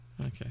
Okay